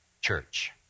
Church